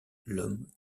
l’homme